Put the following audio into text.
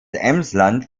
emsland